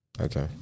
Okay